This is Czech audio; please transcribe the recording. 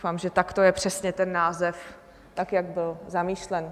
Doufám, že takto je přesně ten název, jak byl zamýšlen.